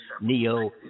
Neo